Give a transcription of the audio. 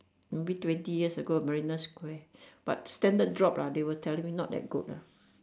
maybe twenty years ago at marina-square but standard drop lah they were telling me not that good ah